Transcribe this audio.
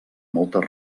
moltes